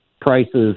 prices